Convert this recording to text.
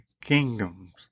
kingdoms